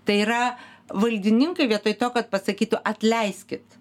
tai yra valdininkai vietoj to kad pasakytų atleiskit